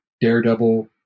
Daredevil